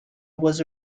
was